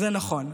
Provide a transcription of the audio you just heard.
זה נכון.